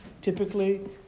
typically